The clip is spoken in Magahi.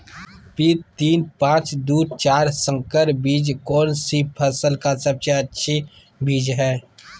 पी तीन पांच दू चार संकर बीज कौन सी फसल का सबसे अच्छी बीज है?